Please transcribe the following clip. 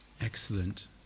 Excellent